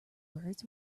words